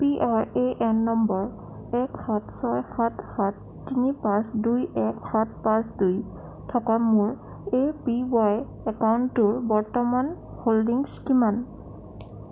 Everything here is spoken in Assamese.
P R A N number এক সাত ছয় সাত সাত তিনি পাঁচ দুই এক সাত পাঁচ দুই থকা মোৰ এ পি ৱাই একাউণ্টটোৰ বৰ্তমানৰ হোল্ডিংছ কিমান